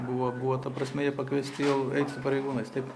buvo buvo ta prasme jie pakviesti jau eit su pareigūnais taip